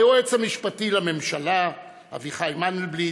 היועץ המשפטי לממשלה אביחי מנדלבליט,